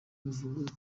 buvuge